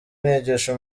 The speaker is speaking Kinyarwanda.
nigisha